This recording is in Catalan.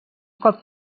cop